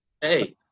Hey